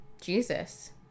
Jesus